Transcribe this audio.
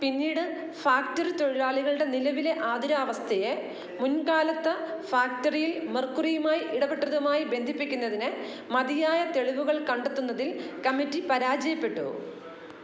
പിന്നീട് ഫാക്ടറി തൊഴിലാളികളുടെ നിലവിലെ ആതുരാവസ്ഥയെ മുൻകാലത്ത് ഫാക്ടറിയില് മെർക്കുറിയുമായി ഇടപെട്ടതുമായി ബന്ധിപ്പിക്കുന്നതിന് മതിയായ തെളിവുകൾ കണ്ടെത്തുന്നതിൽ കമ്മിറ്റി പരാജയപ്പെട്ടു